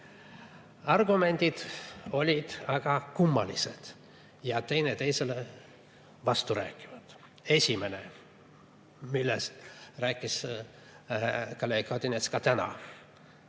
Argumendid olid väga kummalised ja teineteisele vasturääkivad. Esimene, millest rääkis kolleeg Odinets ka täna.